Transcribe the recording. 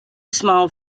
small